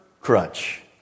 crutch